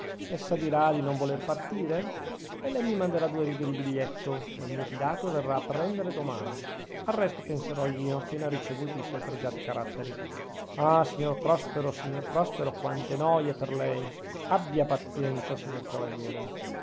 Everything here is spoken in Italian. essa dirà di non voler partire e lei mi manderà due righe di biglietto che un mio fidato verrà a prendere domani al resto penserò io appena ricevuti i suoi pregiati caratteri ah signor prospero signor prospero quante noie per lei abbia pazienza signor cavaliere